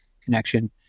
connection